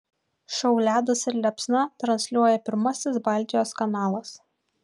šou ledas ir liepsna transliuoja pirmasis baltijos kanalas